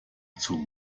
zum